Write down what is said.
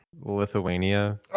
Lithuania